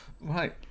right